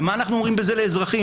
ומה אנחנו אומרים בזה לאזרחים?